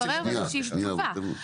אנחנו נברר ונשיב תגובה.